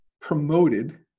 promoted